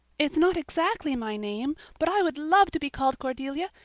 it's not exactly my name, but i would love to be called cordelia.